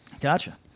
Gotcha